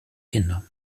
kinder